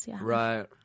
Right